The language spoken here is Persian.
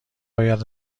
باید